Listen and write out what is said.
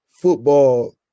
football